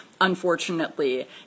unfortunately